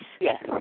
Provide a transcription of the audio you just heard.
Yes